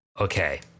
Okay